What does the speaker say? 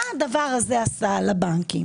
מה זה עשה לבנקים